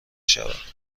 شود